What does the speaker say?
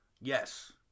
yes